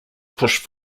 pushed